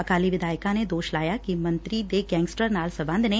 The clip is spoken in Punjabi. ਅਕਾਲੀ ਵਿਧਾਇਕਾਂ ਨੇ ਦੋਸ਼ ਲਾਇਆ ਗਿਆ ਕਿ ਮੰਤਰੀ ਦੇ ਗੈਂਗਸਟਰ ਨਾਲ ਸਬੰਧ ਨੇ